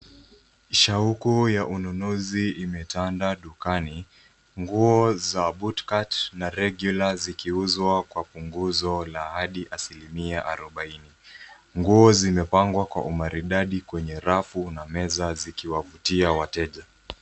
Shauku ya ununuzi imetanda dukani nguo za bootcut na regular zikiuzwa kwa punguzo la hadi 40%. Nguo zimepangwa kwa umaridadi kwenye rafu na meza zikiwavutia wateja.